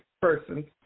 person